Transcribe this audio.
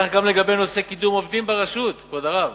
כך גם לגבי נושא קידום עובדים ברשות, כבוד הרב.